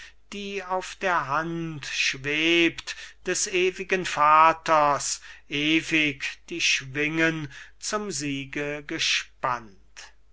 die auf der hand schwebt des ewigen vaters ewig die schwingen zum siege gespannt